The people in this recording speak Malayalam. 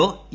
O E